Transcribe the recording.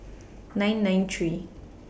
nine nine three